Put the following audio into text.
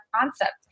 concept